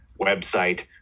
website